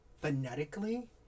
phonetically